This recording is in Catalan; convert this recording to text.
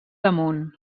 damunt